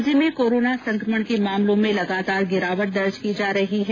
राज्य में कोरोना संक्रमण के मामलों में लगातार गिरावट दर्ज की जा रही है